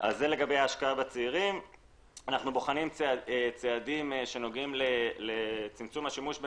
אנחנו בוחנים צעדים שנוגעים לצמצום השימוש במזומן,